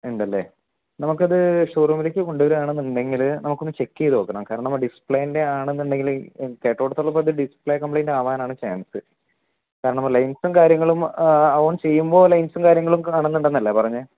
ഉണ്ടല്ലേ നമുക്കത് ഷോറൂമിലേക്ക് കൊണ്ടുവരികയാണെന്നുണ്ടെങ്കിൽ നമുക്കൊന്ന് ചെക്ക് ചെയ്തുനോക്കണം കാരണം ഡിസ്പ്ലെൻ്റെ ആണെന്നുണ്ടെങ്കിൽ കേട്ടിടത്തോളം ഇത് ഡിസ്പ്ലെ കംപ്ലെയ്ൻറ്റ് ആവാനാണ് ചാൻസ് കാരണം ലൈൻസും കാര്യങ്ങളും ഓൺ ചെയ്യുമ്പോൾ ലൈൻസും കാര്യങ്ങളും കാണുന്നുണ്ടെന്നല്ലേ പറഞ്ഞത്